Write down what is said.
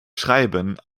schreiben